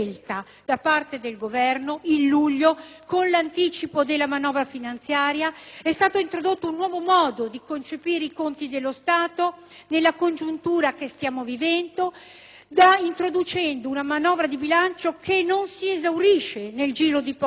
da parte del Governo; è stato introdotto un nuovo modo di concepire i conti dello Stato nella congiuntura che stiamo vivendo, introducendo una manovra di bilancio che non si esaurisce nel giro di pochi mesi, ma una finanziaria permanente